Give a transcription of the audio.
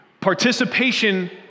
Participation